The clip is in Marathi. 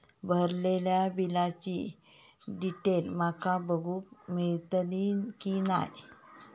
भरलेल्या बिलाची डिटेल माका बघूक मेलटली की नाय?